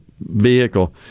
vehicle